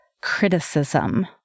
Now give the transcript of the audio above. criticism